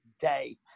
day